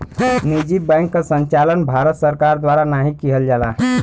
निजी बैंक क संचालन भारत सरकार द्वारा नाहीं किहल जाला